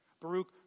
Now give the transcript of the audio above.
Baruch